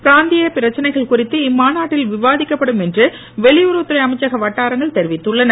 பிராந்திய பிரச்சனைகள் குறித்து இம்மாநாட்டில் விவாதிக்கப்படும் என வெளியுறவுத்துறை அமைச்சக வட்டாரங்கள் தெரிவித்துள்ளன